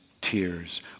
tears